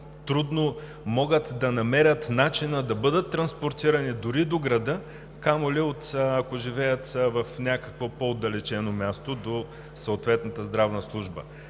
трудно могат да намерят начин да бъдат транспортирани дори до града, камо ли ако живеят в някакво по-отдалечено място от съответната здравна служба.